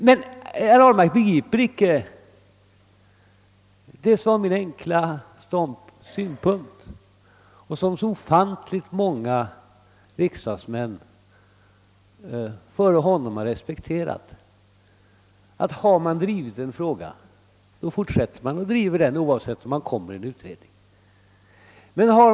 Men herr Ahlmark begriper icke det som var min enkla synpunkt och som så många riksdagsmän före honom har respekterat. Den innebär att om man drivit en fråga, så fortsätter man att driva den oavsett om man blir ledamot av en utredning eller ej.